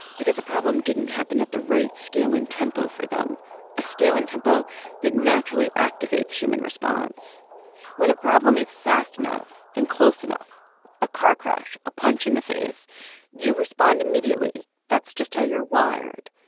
because the problem didn't happen at the right scale and tempo for them a scale and tempo that naturally activates human response when a problem is fast enough and close enough a car crash, a punch in the face you respond immediately. that's just how you're wired.